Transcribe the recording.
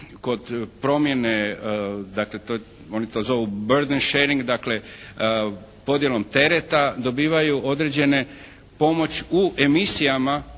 to je, oni to zovu «burden sharing». Dakle podjelom tereta dobivaju određene pomoć u emisijama